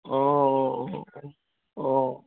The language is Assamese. অঁ অঁ